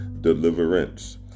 deliverance